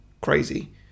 crazy